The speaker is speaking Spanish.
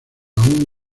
aún